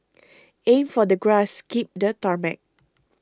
aim for the grass skip the tarmac